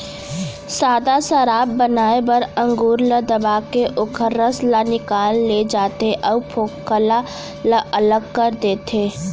सादा सराब बनाए बर अंगुर ल दबाके ओखर रसा ल निकाल ले जाथे अउ फोकला ल अलग कर देथे